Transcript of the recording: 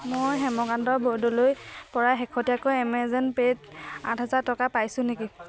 মই হেমকান্ত বৰদলৈৰপৰা শেহতীয়াকৈ এমেজন পে'ত আঠ হাজাৰ টকা পাইছোঁ নেকি